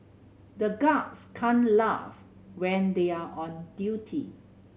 the guards can't laugh when they are on duty